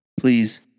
Please